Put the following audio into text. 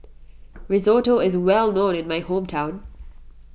Risotto is well known in my hometown